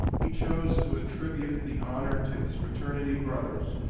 he chose to attribute the honor to his fraternity brothers,